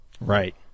Right